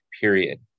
period